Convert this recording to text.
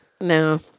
No